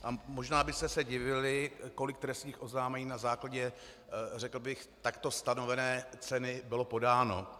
A možná byste se divili, kolik trestních oznámení na základě takto stanovené ceny bylo podáno.